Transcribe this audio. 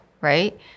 right